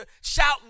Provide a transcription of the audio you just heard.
shouting